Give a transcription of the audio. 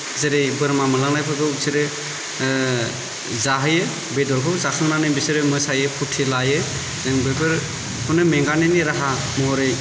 जेरै बोरमा मोनलांनायफोरखौ बिसोरो जाहोयो बेदरखौ जाखांनानै बिसोरो मोसायो फुरथि लायो बेफोरखौनो मेंगानायनि राहा महरै